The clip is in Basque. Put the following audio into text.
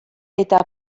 eta